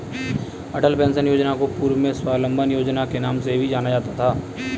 अटल pension Yojana को पूर्व में स्वाबलंबन योजना के नाम से भी जाना जाता था